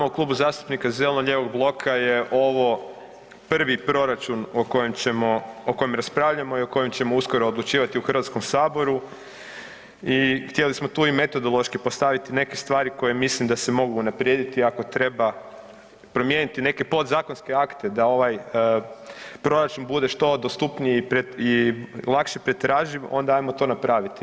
Nama u Klubu zastupnika zeleno-lijevog bloka je ovo prvi proračun o kojem ćemo, o kojem raspravljamo i o kojem ćemo uskoro odlučivati u Hrvatskom saboru i htjeli smo tu i metodološki postaviti neke stvari koje mislim da se mogu unaprijediti ako treba promijeniti neke podzakonske akte da ovaj proračun bude što dostupniji i lakše pretraživ onda ajmo to napraviti.